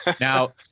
Now